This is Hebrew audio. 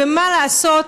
ומה לעשות,